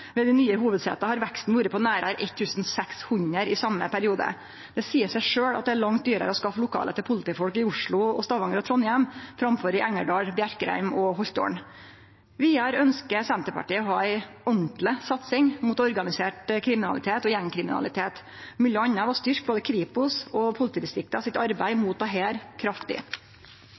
nye hovudseta har veksten vore på nærare 1 600 i same periode. Det seier seg sjølv at det er langt dyrare å skaffe lokale til politifolk i Oslo, Stavanger og Trondheim framfor i Engerdal, Bjerkrheim og Holtålen. Vidare ønskjer Senterpartiet å ha ei ordentleg satsing mot organisert kriminalitet og gjengkriminalitet, m.a. ved å styrkje både Kripos og politidistrikta sitt arbeid mot